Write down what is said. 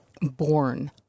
born